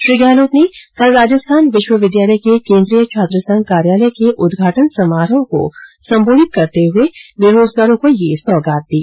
श्री गहलोत ने कल राजस्थान विश्वविद्यालय के केंद्रीय छात्रसंघ कार्यालय के उदघाटन समारोह को संबोधित करते हुए बेरोजगारों को यह सौगात दी